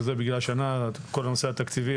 שזה בגלל כל הנושא התקציבי,